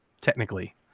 technically